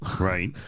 right